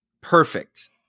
perfect